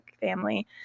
family